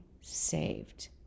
saved